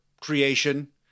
creation